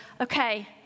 okay